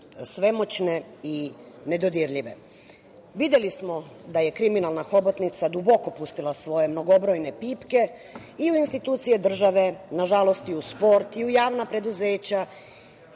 svemoćne i nedodirljive. Videli smo da je kriminalna hobotnica duboko pustila svoje mnogobrojne pipke i u institucije države, nažalost, i u sport, i u javna preduzeća,